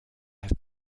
have